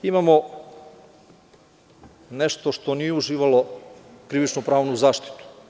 Imamo nešto što nije uživalo krivično-pravnu zaštitu.